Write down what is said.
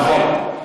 נכון.